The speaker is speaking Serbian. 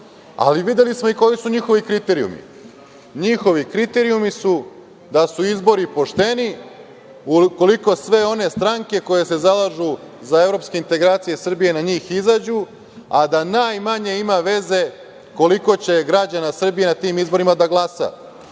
ali videli smo i koji su njihovi kriterijumi. Njihovi kriterijumi su da su izbori pošteni ukoliko sve one stranke koje se zalažu za evropske integracije Srbije na njih izađu, a da najmanje ima veze koliko će građana Srbije na tim izborima da glasa. Mi